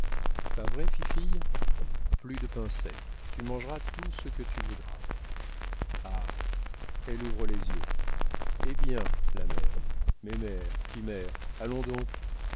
pas vrai fifille plus de pain sec tu mangeras tout ce que tu voudras ah elle ouvre les yeux eh bien la mère mémère timère allons donc